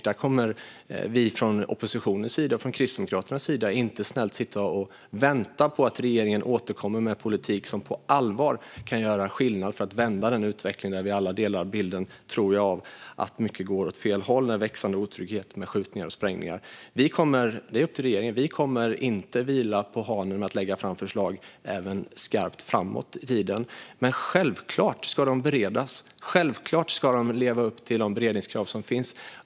Där kommer vi från oppositionens sida och från Kristdemokraternas sida inte att snällt sitta och vänta på att regeringen återkommer med en politik som på allvar kan göra skillnad för att vända utvecklingen, där jag tror att alla delar bilden att mycket går åt fel håll med växande otrygghet, skjutningar och sprängningar. Det är upp till regeringen. Vi kommer inte att vila på hanen när det gäller att lägga fram skarpa förslag även framåt i tiden. Men självklart ska de beredas. Självklart ska de leva upp till de beredningskrav som finns.